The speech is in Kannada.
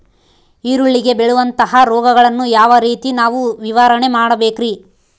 ಈರುಳ್ಳಿಗೆ ಬೇಳುವಂತಹ ರೋಗಗಳನ್ನು ಯಾವ ರೇತಿ ನಾವು ನಿವಾರಣೆ ಮಾಡಬೇಕ್ರಿ?